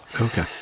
Okay